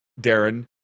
Darren